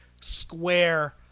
square